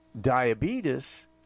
diabetes